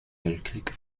weltkrieg